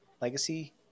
legacy